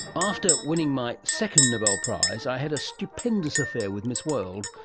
after winning my second nobel prize, i had a stupendous affair with miss world,